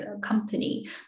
company